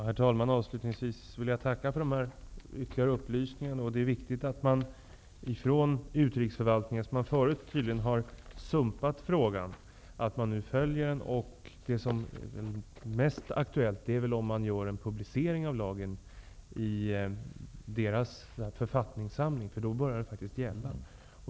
Herr talman! Avslutningsvis vill jag tacka för dessa ytterligare upplysningar. Det är viktigt att man från utrikesförvaltningen -- som tidigare tydligen har sumpat frågan -- följer denna fråga. Det som är mest aktuellt är om lagen publiceras i Nicaraguas författningssamling, eftersom den då börjar gälla.